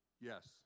Yes